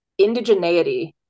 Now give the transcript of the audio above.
indigeneity